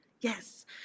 yes